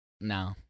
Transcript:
no